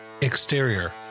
Exterior